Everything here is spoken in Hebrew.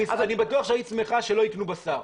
אני בטוח שהיית שמחה שלא יקנו בשר.